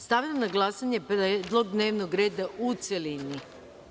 Stavljam na glasanje predlog dnevnog reda u celini.